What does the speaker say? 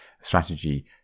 strategy